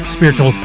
Spiritual